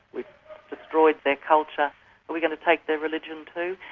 we've destroyed their culture. are we going to take their religion too?